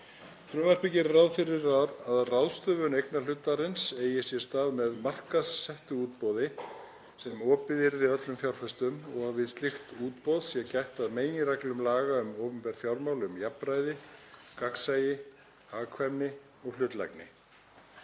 Frumvarpið gerir ráð fyrir að ráðstöfun eignarhlutarins eigi sér stað með markaðssettu útboði sem opið yrði öllum fjárfestum og að við slíkt útboð sé gætt að meginreglum laga um opinber fjármál um jafnræði, gagnsæi, hagkvæmni og hlutlægni.